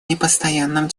непостоянном